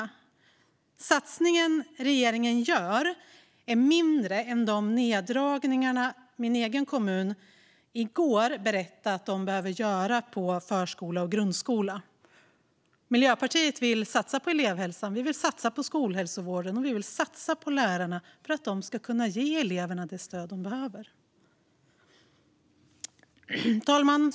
Den satsning regeringen nu gör är mindre än de neddragningar min egen kommun i går berättade att man nu behöver göra på förskola och grundskola. Miljöpartiet vill satsa på elevhälsan. Vi vill satsa på skolhälsovården, och vi vill satsa på lärarna för att de ska kunna ge eleverna det stöd de behöver. Herr talman!